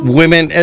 women